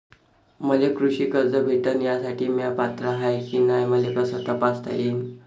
मले कृषी कर्ज भेटन यासाठी म्या पात्र हाय की नाय मले कस तपासता येईन?